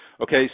Okay